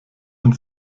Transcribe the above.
und